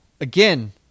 again